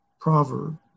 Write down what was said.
proverb